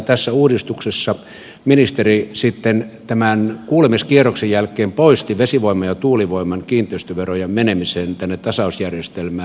tässä uudistuksessa ministeri sitten tämän kuulemiskierroksen jälkeen poisti vesivoiman ja tuulivoiman kiinteistöverojen menemisen tänne tasausjärjestelmään